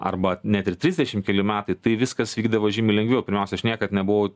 arba net ir trisdešim keli metai tai viskas vykdavo žymiai lengviau pirmiausia aš niekad nebuvau